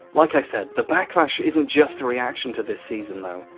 like i said, the backlash isn't just a reaction to this season though.